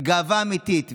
בגאווה אמיתית,